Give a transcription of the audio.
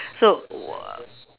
so